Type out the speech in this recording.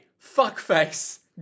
fuckface